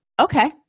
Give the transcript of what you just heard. okay